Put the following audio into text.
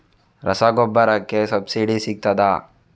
ರಸಗೊಬ್ಬರಕ್ಕೆ ಸಬ್ಸಿಡಿ ಸಿಗ್ತದಾ?